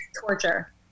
torture